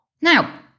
Now